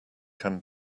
can